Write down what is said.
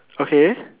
okay